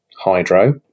hydro